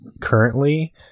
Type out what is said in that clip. currently